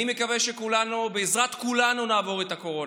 אני לא יודע אם החוק הזה מתייחס לעובדי מעבדה או לא.